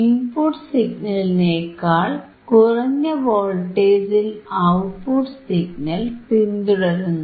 input സിഗ്നലിനേക്കാൾ കുറഞ്ഞ വോൾട്ടേജിൽ ഔട്ട്പുട്ട് സിഗ്നൽ പിന്തുടരുന്നു